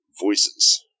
voices